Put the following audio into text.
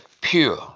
pure